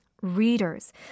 Readers